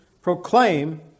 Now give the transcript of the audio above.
proclaim